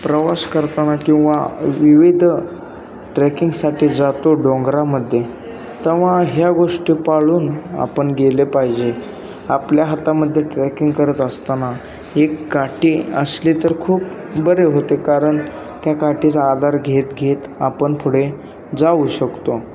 प्रवास करताना किंवा विविध ट्रेकिंगसाठी जातो डोंगरामध्ये तेव्हा ह्या गोष्टी पाळून आपण गेले पाहिजे आपल्या हातामध्ये ट्रेकिंग करत असताना एक काठी असली तर खूप बरे होते कारण त्या काठीचा आधार घेत घेत आपण पुढे जाऊ शकतो